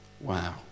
wow